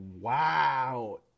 wow